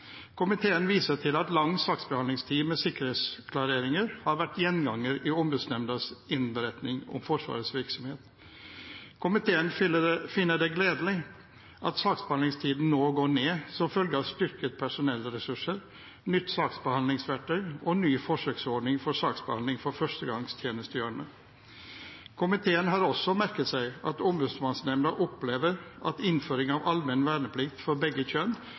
Komiteen viser til at lang saksbehandlingstid med sikkerhetsklareringer har vært en gjenganger i Ombudsmannsnemndas innberetning om Forsvarets virksomhet. Komiteen finner det gledelig at saksbehandlingstiden nå går ned som følge av styrkede personellressurser, nytt saksbehandlingsverktøy og ny forsøksordning for saksbehandling for førstegangstjenestegjørende. Komiteen har også merket seg at Ombudsmannsnemnda opplever at innføring av allmenn verneplikt for begge kjønn